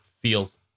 feels